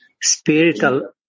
spiritual